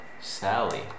Sally